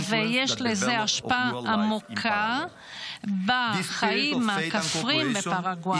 ויש לו השפעה עמוקה על החיים הכפריים בפרגוואי.